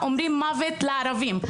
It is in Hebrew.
אומרים מוות לערבים.